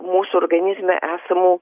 mūsų organizme esamų